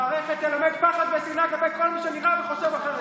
המערכת תלמד פחד ושנאה כלפי כל מי שנראה וחושב אחרת,